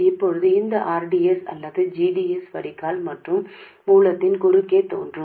இப்போது இந்த r d s அல்லது g d s வடிகால் மற்றும் மூலத்தின் குறுக்கே தோன்றும்